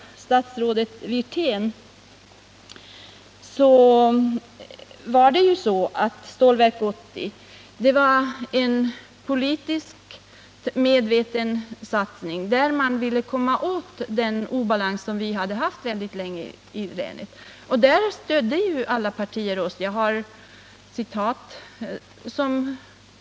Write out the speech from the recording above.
Stålverk 80 var en politiskt medveten satsning, där man ville komma åt den sedan länge rådande obalansen i länet. Alla partier stödde oss.